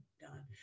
done